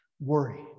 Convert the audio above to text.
worry